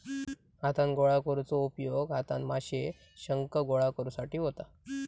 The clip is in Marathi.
हातान गोळा करुचो उपयोग हातान माशे, शंख गोळा करुसाठी होता